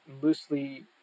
loosely